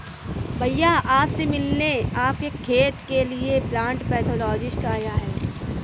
भैया आप से मिलने आपके खेत के लिए प्लांट पैथोलॉजिस्ट आया है